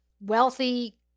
wealthy